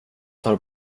tar